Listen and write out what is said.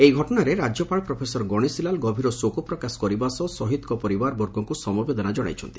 ଏହି ଘଟଶାରେ ରାଜ୍ୟପାଳ ପ୍ରଫେସର ଗଣେଶୀଲାଲ ଗଭୀର ଶୋକପ୍ରକାଶ କରିବା ସହ ସହିଦଙ୍ ପରିବାରବର୍ଗଙ୍କୁ ସମବେଦନା ଜଣାଇଛନ୍ତି